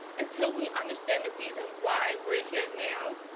until we understand the reason why we're here now,